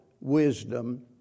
wisdom